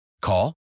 Call